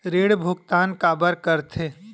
ऋण भुक्तान काबर कर थे?